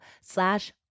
slash